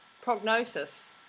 prognosis